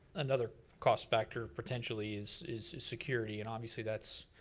another cost factor potentially is is security. and obviously that's